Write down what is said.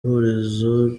ihurizo